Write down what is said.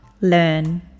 learn